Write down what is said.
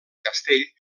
castell